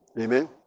Amen